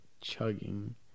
chugging